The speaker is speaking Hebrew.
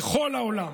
בכל העולם,